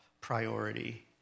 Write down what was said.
priority